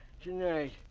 tonight